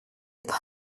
path